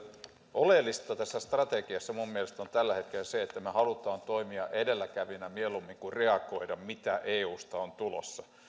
oleellista tässä strategiassa minun mielestäni on tällä hetkellä se että me haluamme toimia edelläkävijöinä mieluummin kuin reagoida siihen mitä eusta on tulossa ja